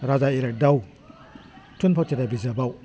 राजा इरागदाव थुन फावथिना बिजाबाव